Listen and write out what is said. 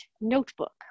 notebook